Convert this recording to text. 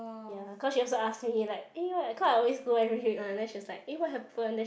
ya cause she also ask me like eh why cause I always go every week one then she was like eh what happened then she